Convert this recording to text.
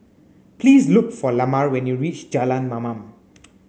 please look for Lamar when you reach Jalan Mamam